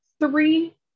three